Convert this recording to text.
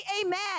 amen